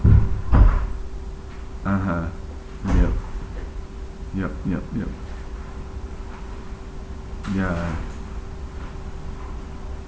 (uh huh) yup yup yup yup ya